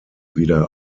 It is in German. wieder